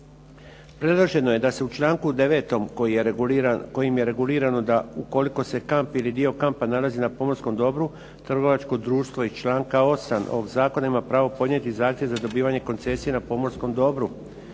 Predloženo je da se u članku 9. kojim je regulirano da ukoliko se kamp ili dio kampa nalazi na pomorskom dobru, trgovačko društvo iz članka 8. ovog zakona ima pravo podnijeti zahtjev za dobivanje koncesije na pomorskom dobru,